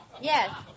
Yes